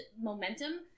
momentum